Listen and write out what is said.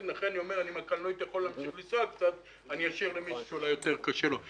נכה אשאיר את המקום המסומן למישהו שאולי יותר קשה לו.